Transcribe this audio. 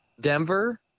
Denver